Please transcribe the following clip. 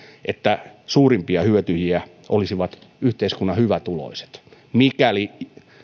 että suurimpia hyötyjiä olisivat yhteiskunnan hyvätuloiset mikäli